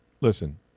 listen